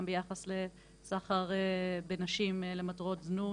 גם ביחס לסחר בנשים למטרות זנות,